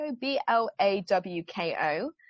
B-L-A-W-K-O